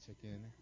chicken